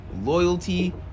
loyalty